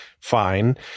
Fine